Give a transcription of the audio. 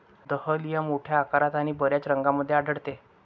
dahlia मोठ्या आकारात आणि बर्याच रंगांमध्ये आढळते